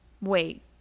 Wait